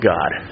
God